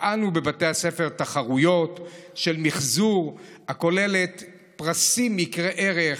הפעלנו בבתי הספר תחרויות של מחזור הכוללות פרסים יקרי ערך,